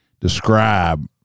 describe